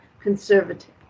conservative